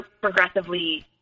progressively